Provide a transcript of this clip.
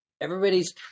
everybody's